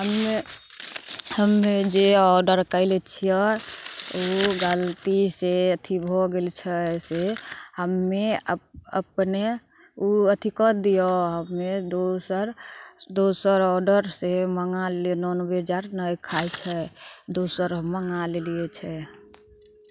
हमे हमे जे ऑडर कएले छिए ओ गलती से अथी भऽ गेल छै से हमे अ अपने ओ अथी कऽ दिऔ हमे दोसर दोसर ऑडरसे मँगा लेलहुँ नॉनवेज आर नहि खाइ छै दोसर मँगा लेलिए छै